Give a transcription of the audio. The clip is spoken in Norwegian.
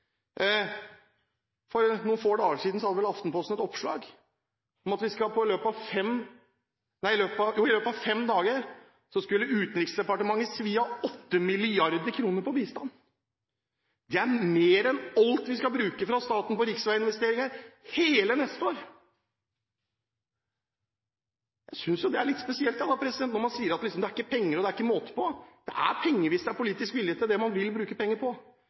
For noen få dager siden hadde Aftenposten et oppslag om at i løpet av fem dager skulle Utenriksdepartementet svi av 8 mrd. kr på bistand. Det er mer enn alt vi skal bruke fra staten på riksveiinvesteringer hele neste år. Jeg synes jo det er litt spesielt, når man sier at det ikke er penger og det er ikke måte på – det er penger hvis det er politisk vilje til det man vil bruke penger på.